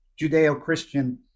Judeo-Christian